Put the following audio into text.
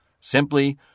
Simply